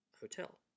Hotel